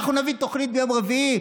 אנחנו נביא תוכנית ביום רביעי.